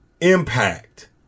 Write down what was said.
impact